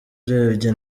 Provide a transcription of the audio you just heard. urebye